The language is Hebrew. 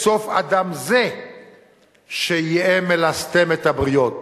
וסוף אדם זה שיהא מלסטם את הבריות".